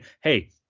hey